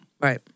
Right